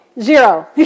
Zero